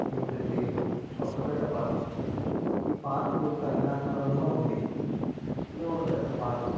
ఏమిటంటే కొత్తపేట పార్క్ ఈ పార్కు కాకినాడ నగరంలో ఉంది ఇది ఒక పెద్ద పార్క్